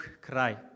cry